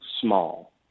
small